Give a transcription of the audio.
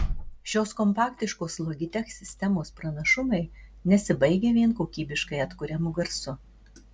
šios kompaktiškos logitech sistemos pranašumai nesibaigia vien kokybiškai atkuriamu garsu